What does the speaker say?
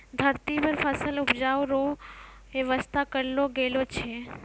धरती पर फसल उपजाय रो व्यवस्था करलो गेलो छै